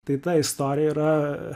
tai ta istorija yra